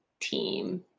team